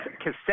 cassette